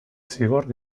zigor